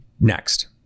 next